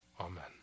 Amen